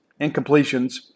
incompletions –